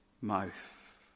mouth